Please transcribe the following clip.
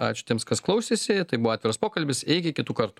ačiū tiems kas klausėsi tai buvo atviras pokalbis iki kitų kartų